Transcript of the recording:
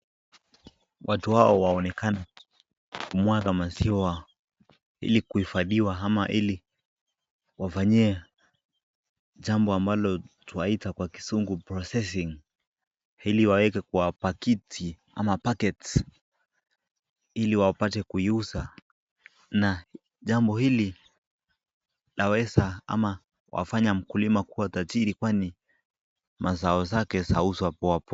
Watu wao waonekane kumwaga maziwa ili kuihifadhiwa ama ili wafanyie jambo ambalo twaita kwa Kisungu processing ili waweke kuwa pakiti ama packets ili wapate kuyauza. Na jambo hili laweza ama wafanya mkulima kuwa tajiri kwani mazao zake zauzwa poa.